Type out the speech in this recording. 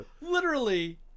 Literally-